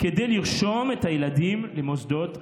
כדי לרשום את הילדים למוסדות החינוך.